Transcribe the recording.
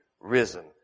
risen